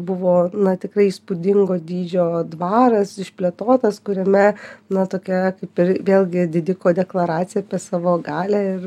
buvo na tikrai įspūdingo dydžio dvaras išplėtotas kuriame na tokia kaip ir vėlgi didiko deklaracija apie savo galią ir